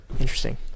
Interesting